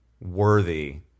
worthy